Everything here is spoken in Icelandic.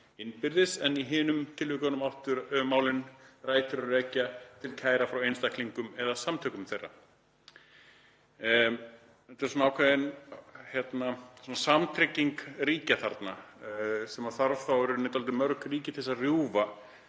innbyrðis, en í hinum tilvikunum áttu málin rætur að rekja til kæra frá einstaklingum eða samtökum þeirra.“ Þetta er ákveðin samtrygging ríkja þarna sem þarf þá í rauninni dálítið mörg ríki til þess að rjúfa